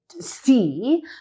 see